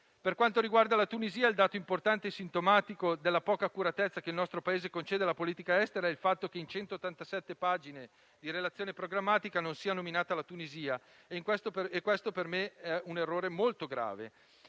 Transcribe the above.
Per quanto riguarda la Tunisia, il dato importante e sintomatico della poca accuratezza che il nostro Paese concede alla politica estera è il fatto che, in 187 pagine di relazione programmatica, non sia nominata la Tunisia, e questo per me è un errore molto grave.